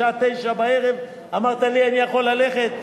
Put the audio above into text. בשעה 21:00 אמרת לי: אני יכול ללכת?